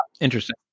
Interesting